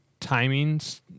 timings